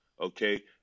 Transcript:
Okay